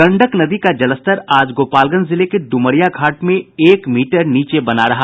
गंडक नदी का जलस्तर आज गोपालगंज जिले के डुमरिया घाट में एक मीटर नीचे बना रहा